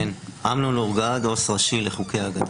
אני עו"ס ראשי לחוקי הגנה.